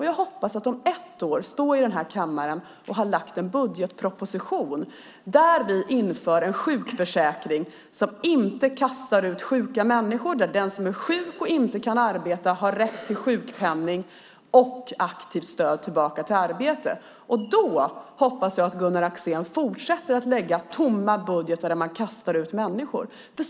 Jag hoppas att om ett år stå här i kammaren och ha lagt en budgetproposition där vi inför en sjukförsäkring som inte kastar ut sjuka människor, där den som är sjuk och inte kan arbeta har rätt till sjukpenning och aktivt stöd tillbaka till arbete. Då hoppas jag att Gunnar Axén fortsätter att lägga tomma budgetar där man kastar ut människor.